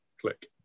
Click